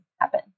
happen